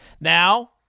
Now